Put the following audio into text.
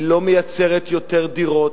היא לא מייצרת יותר דירות.